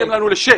העליתם לנו לשש.